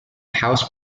house